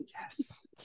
Yes